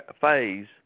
phase